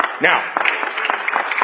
Now